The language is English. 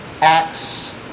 acts